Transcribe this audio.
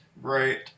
Right